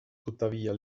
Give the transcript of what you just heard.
tuttavia